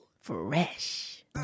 Fresh